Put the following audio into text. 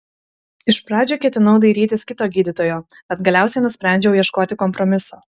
iš pradžių ketinau dairytis kito gydytojo bet galiausiai nusprendžiau ieškoti kompromiso